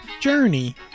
journey